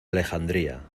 alejandría